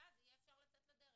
ואז אפשר יהיה לצאת לדרך.